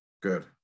good